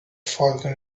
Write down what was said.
falcon